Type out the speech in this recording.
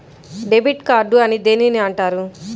Debit card అని దేనిని అంటారు?